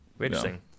Interesting